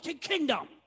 kingdom